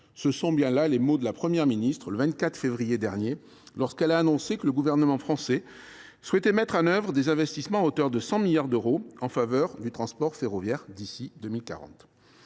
Ce sont bien là les mots de la Première ministre, prononcés le 24 février dernier, lorsqu’elle a annoncé que le gouvernement français souhaitait mettre en œuvre des investissements à hauteur de 100 milliards d’euros en faveur du transport ferroviaire d’ici à 2040.